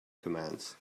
commands